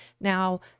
Now